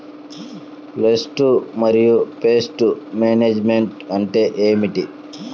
Pest మరియు pest management అంటే ఏమిటి?